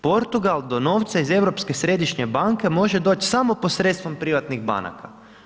Portugal do novca iz Europske središnje banke može doći samo posredstvom privatnih banaka.